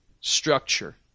structure